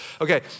okay